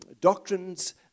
doctrines